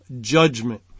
judgment